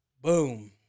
boom